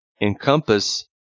encompass